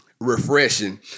Refreshing